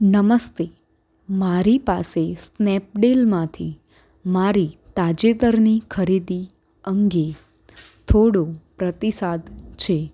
નમસ્તે મારી પાસે સ્નેપડીલમાંથી મારી તાજેતરની ખરીદી અંગે થોડો પ્રતિસાદ છે